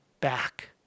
back